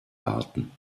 warten